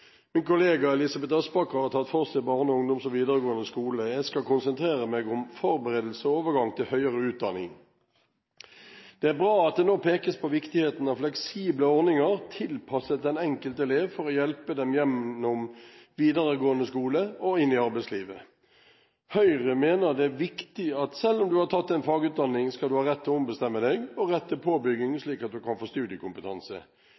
Min kollega Elisabeth Aspaker har tatt for seg barneskole, ungdomsskole og videregående skole. Jeg skal konsentrere meg om forberedelse og overgang til høyere utdanning. Det er bra at det nå pekes på viktigheten av fleksible ordninger tilpasset den enkelte elev for å hjelpe elevene gjennom videregående skole og inn i arbeidslivet. Høyre mener det er viktig at selv om en har tatt en fagutdanning, skal en ha rett til å ombestemme seg og rett til